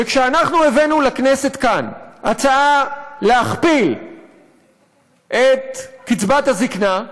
וכשאנחנו הבאנו לכנסת הצעה להכפיל את קצבת הזיקנה,